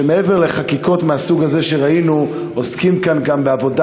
שמעבר לחקיקות מהסוג הזה שראינו עוסקים כאן גם בעבודה